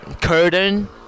curtain